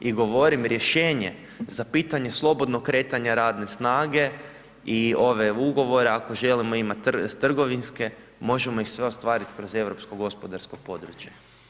I govorim rješenje za pitanje slobodnog kretanja radne snage i ovog ugovora ako želimo imati trgovinske možemo ih sve ostvariti kroz europsko gospodarsko područje.